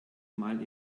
mal